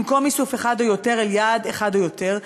ממקום איסוף אחד או יותר אל יעד אחד או יותר,